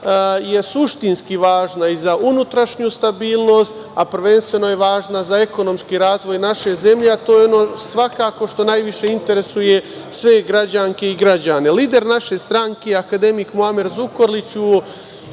je suštinski važna i za unutrašnju stabilnost, a prvenstveno je važna za ekonomski razvoj naše zemlje, a to je ono što najviše interesuje sve građanke i građane. Lider naše stranke, akademik Muamer Zukorlić, u